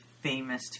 famous